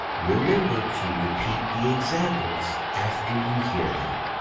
remember to repeat the examples after you hear them.